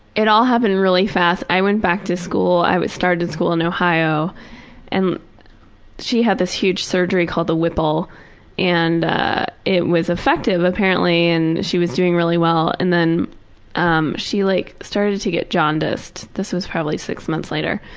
it all happened really fast. i went back to school. i started school in ohio and she had this huge surgery called the whipple and ah it was effective apparently and she was doing really well and then um she like started to get jaundiced. this was probably six months later.